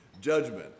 Judgment